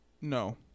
No